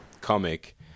comic